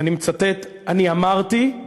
אני מצטט: אני אמרתי,